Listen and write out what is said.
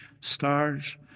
stars